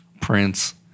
Prince